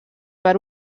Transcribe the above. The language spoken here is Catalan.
per